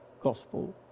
gospel